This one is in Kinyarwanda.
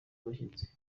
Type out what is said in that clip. abashyitsi